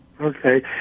Okay